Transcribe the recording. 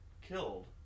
Killed